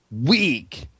Weak